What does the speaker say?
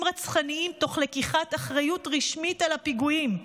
רצחניים תוך לקיחת אחריות רשמית על הפיגועים.